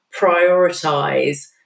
prioritize